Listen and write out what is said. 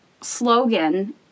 slogan